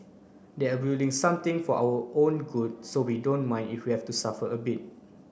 they're building something for our own good so we don't mind if we are to suffer a bit